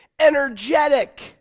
Energetic